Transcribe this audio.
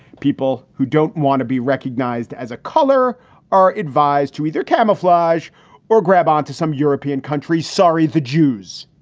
people who don't want to be recognized as a color are advised to either camouflage or grab on to some european countries. sorry, the jews.